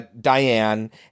Diane